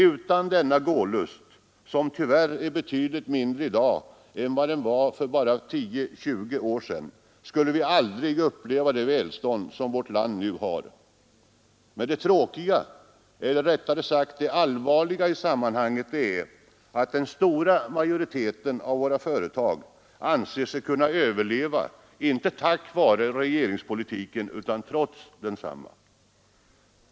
Utan denna gålust, som dock tyvärr är betydligt mindre i dag än vad den var för bara 10—20 år sedan, skulle vi aldrig ha upplevt det välstånd som vårt land nu har. Men det tråkiga, eller rättare sagt allvarliga, i sammanhanget är att den stora majoriteten av våra företag anser sig kunna överleva — inte tack vare regeringspolitiken utan trots den.